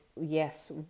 yes